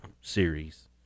series